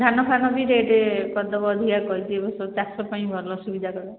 ଧାନ ଫାନ ବି ରେଟ୍ କରିଦେବ ଅଧିକା କହିଛି ଏ ବର୍ଷ ଚାଷ ପାଇଁ ଭଲ ସୁବିଧା କରିବ